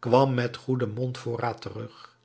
kwam met goeden mondvoorraad terug